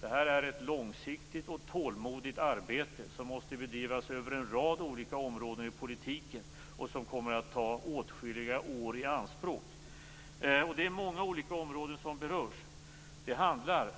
Det här är ett långsiktigt och tålmodigt arbete som måste bedrivas inom en rad olika områden inom politiken och som kommer att ta åtskilliga år i anspråk. Det är många olika områden som berörs. Det handlar